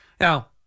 Now